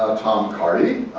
tom hardy,